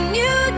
new